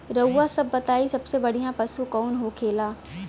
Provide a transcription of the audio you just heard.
रउआ सभ बताई सबसे बढ़ियां पशु कवन होखेला?